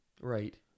Right